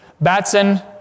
Batson